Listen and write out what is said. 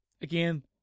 again